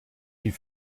die